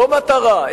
לא מטרה,